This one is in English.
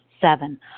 Seven